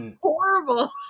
horrible